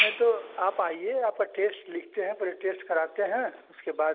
नहीं तो आप आइए आपका टेश्ट लिखते हैं पहले टेस्ट कराते हैं उसके बाद